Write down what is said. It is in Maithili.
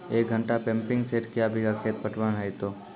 एक घंटा पंपिंग सेट क्या बीघा खेत पटवन है तो?